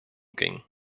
ging